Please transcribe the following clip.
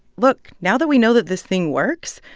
look, now that we know that this thing works,